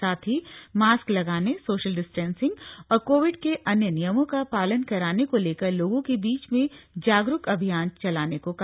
साथ ही मास्क लगाने सोशल डिस्टेंसिंग और कोविड के अन्य नियमों का पालन कराने को लेकर लोगों के बीच में जागरूकता अभियान चलाने को कहा